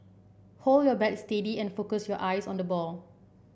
hold your bat steady and focus your eyes on the ball